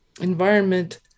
environment